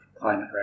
climate